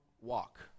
walk